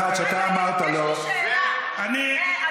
רבה לך, חבר הכנסת, זו דמוקרטיה ליהודים.